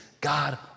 God